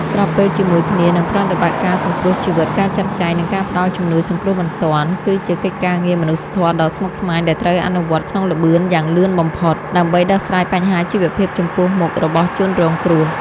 ស្របពេលជាមួយគ្នានឹងប្រតិបត្តិការសង្គ្រោះជីវិត ការចាត់ចែង និងការផ្តល់ជំនួយសង្គ្រោះបន្ទាន់ គឺជាកិច្ចការងារមនុស្សធម៌ដ៏ស្មុគស្មាញដែលត្រូវអនុវត្តក្នុងល្បឿនយ៉ាងលឿនបំផុត ដើម្បីដោះស្រាយបញ្ហាជីវភាពចំពោះមុខរបស់ជនរងគ្រោះ។